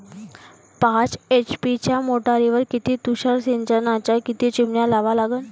पाच एच.पी च्या मोटारीवर किती तुषार सिंचनाच्या किती चिमन्या लावा लागन?